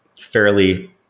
fairly